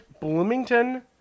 Bloomington